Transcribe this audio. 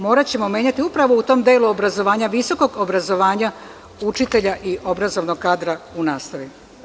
Moraćemo menjati u tom delu obrazovanja, visokog obrazovanja učitelja i obrazovnog kadra u nastavi.